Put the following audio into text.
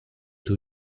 two